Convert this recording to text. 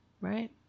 right